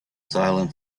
silent